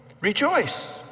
Rejoice